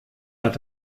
hat